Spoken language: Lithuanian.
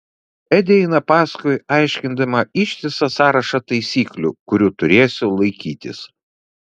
edi eina paskui aiškindama ištisą sąrašą taisyklių kurių turėsiu laikytis